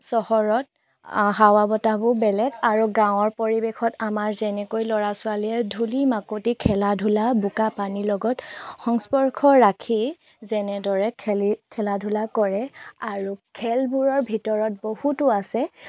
চহৰত হাৱা বতাহবোৰো বেলেগ আৰু গাঁৱৰ পৰিৱেশত আমাৰ যেনেকৈ ল'ৰা ছোৱালীয়ে ধূলি মাকতি খেলা ধূলা বোকা পানীৰ লগত সংস্পৰ্শ ৰাখি যেনেদৰে খেলি খেলা ধূলা কৰে আৰু খেলবোৰৰ ভিতৰত বহুতো আছে